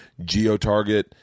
GeoTarget